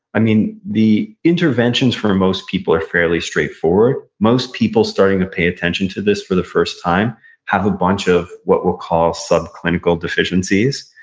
i mean the interventions for most people are fairly straightforward. most people starting to pay attention to this for the first time have a bunch of what we'll call subclinical deficiencies.